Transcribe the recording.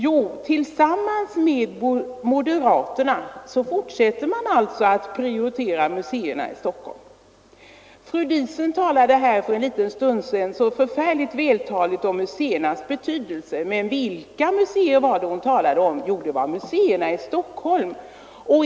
Jo, tillsammans med moderaterna fortsätter de att prioritera museerna i Stockholm. Fru Diesen framhöll för en stund sedan mycket vältaligt museernas betydelse. Men vilka museer menade hon? Jo, museerna i Stockholm.